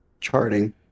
charting